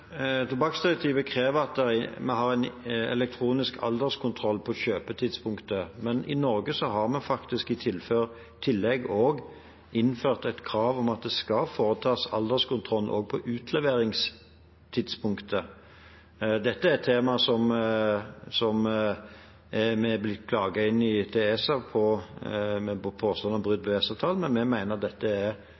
Tobakksdirektivet krever elektronisk alderskontroll på kjøpstidspunktet. I Norge har vi faktisk i tillegg innført et krav om at det skal foretas alderskontroll også på utleveringstidspunktet. Dette er et tema som vi er blitt klagd inn til ESA for, med påstand om brudd på EØS-avtalen, men vi mener dette er